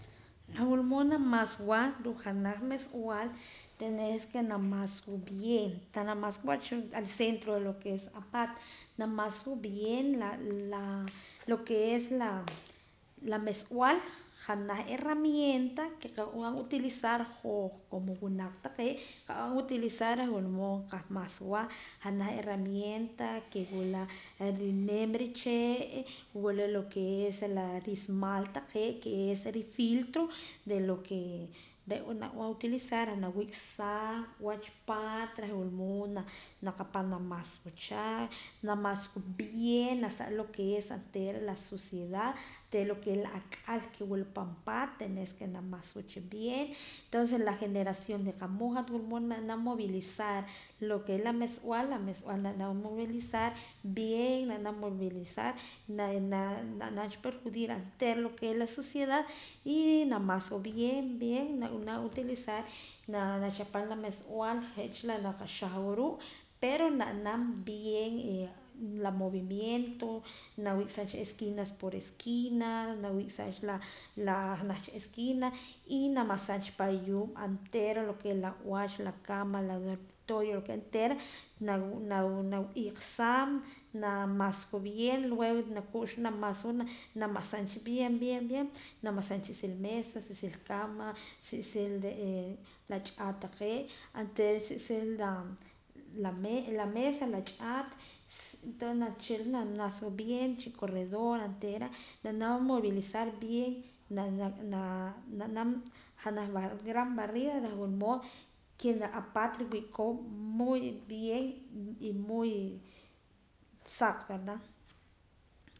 La wula mood namaasb'a ruu' janaj meesb'al tenes que na maasb'a bien ta na maasb'a wach al centro de lo que es apaat na maasb'a bien lo que es la meesb'al janaj herramienta que qab'an utilizar hoj como winaq taqee' qab'an utilizar reh wula mood qamaasb'a janaj herramienta que wula rinim richee' wula lo que es la rismal taqee' que re' sa ri filtro re' lo que na b'an utilizar wiqsaa wach paat reh wula mood naqapaam na maasb'a cha na maasb'a bien nasalaam oontera lo que es la suciedad oontera lo que re' la ak'al wula pan paat tenes que namaasb'a cha bien entonces la generación que de qa' mood wula mood na naam movilizar lo que es la meesb'al la meesb'al na naam movilizar bien na naam movilizar na naam perjudir oontera lo que es la suciedad y na maasb'a bien na b'anam utilizar na chapaam la meesb'al je' cha la naak qaxajwa ruu' pero na naam bien la movimiento na wii'sam esquina por esquina na wii'sam janaj cha esquina y na maasancha pa riyuub' oontera lo que es la b'ach la cama la dormitorio ontera la ihq'saam na maasb'a bien luego na k'uxa na meesb'a na meesancha bien bien la chi sil mesa chi sil cama chi sil la ch'at taqee' oontera chi sil la mesa la ch'at entonces na chi'la na maasb'a bien chi corredor oontera na nam movilizar bien la la na naam gran barrida reh wula mood que la apaat riwii' koon muy bien y muy saq verda.